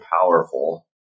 powerful